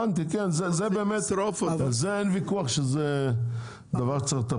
הבנתי, על זה אין ויכוח שזה דבר שצריך לטפל בו.